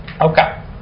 Okay